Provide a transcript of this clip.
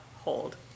hold